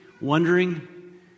wondering